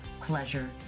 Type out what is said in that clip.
pleasure